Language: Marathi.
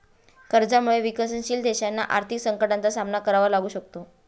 कर्जामुळे विकसनशील देशांना आर्थिक संकटाचा सामना करावा लागू शकतो